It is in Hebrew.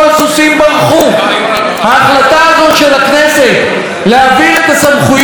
ההחלטה הזאת של הכנסת להעביר את הסמכויות בענייני בזק ומר